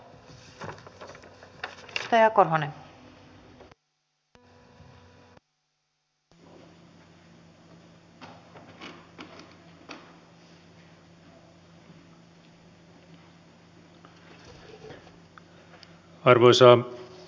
arvoisa puhemies